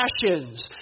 passions